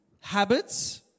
habits